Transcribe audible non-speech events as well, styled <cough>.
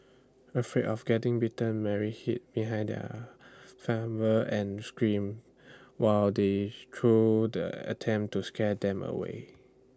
afraid of getting bitten Mary hid behind her <unintelligible> and screamed while they threw the an attempt to scare them away